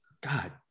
God